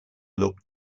looked